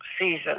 season